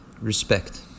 Respect